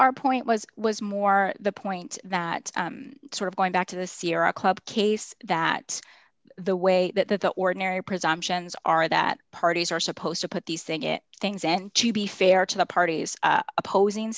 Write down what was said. our point was was more the point that sort of going back to the sierra club case that the way that that the ordinary presumptions are that parties are supposed to put these thing it things and to be fair to the parties opposing